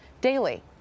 daily